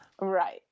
Right